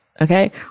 Okay